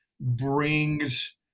brings